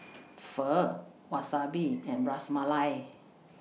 Pho Wasabi and Ras Malai